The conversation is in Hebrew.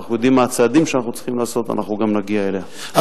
אנחנו יודעים מה הצעדים שאנחנו צריכים לעשות ואנחנו גם נגיע אליה,